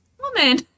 woman